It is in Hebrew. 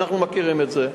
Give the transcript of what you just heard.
אנחנו מכירים את זה.